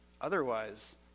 Otherwise